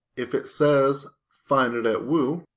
if it says find it it wou,